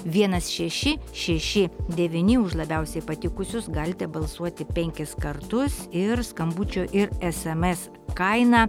vienas šeši šeši devyni už labiausiai patikusius galite balsuoti penkis kartus ir skambučio ir sms kaina